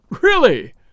Really